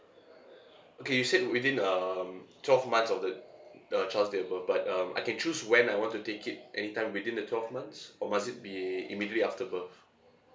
okay you said within um twelve months of the the child's day of birth but um I can choose when I want to take it anytime between the twelve months or must it be immediately after birth